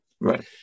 Right